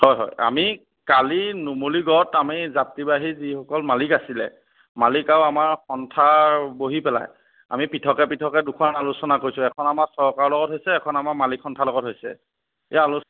হয় হয় আমি কালি নুমলীগড়ত আমি যাত্ৰীবাহী যিসকল মালিক আছিলে মালিক আৰু আমাৰ সন্থা বহি পেলাই আমি পৃথকে পৃথকে দুখন আলোচনা কৰিছোঁ এখন আমাৰ চৰকাৰৰ লগত হৈছে এখন আমাৰ মালিক সন্থাৰ লগত হৈছে এই আলোচনা